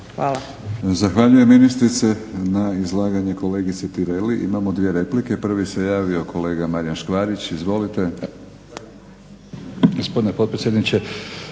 Hvala.